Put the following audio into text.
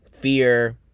fear